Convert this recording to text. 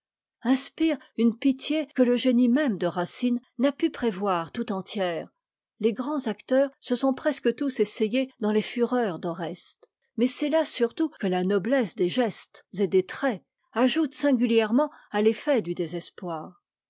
inspire une pitié que le génie même de racine n'a pu prévoir tout entière les grands acteurs se sont presque tous essayés dans les fureurs d'oreste mais c'est là surtout que la noblesse des gestes et des traits ajoute singulièrement à l'effet du désespoir